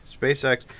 SpaceX